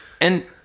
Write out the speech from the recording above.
And-